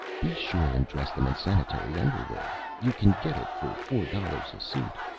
be sure and dress them in sanitary underwear you can get it for four dollars a suit.